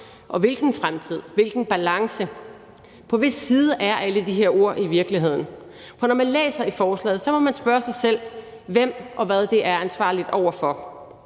og hvilken fremtid, hvilken balance? På hvis side er alle de her ord i virkeligheden? For når man læser i forslaget, må man spørge sig selv, hvem og hvad det er ansvarligt over for.